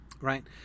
right